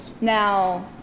Now